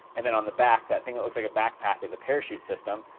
and then on the back, that thing that looks like a backpack is a parachute system,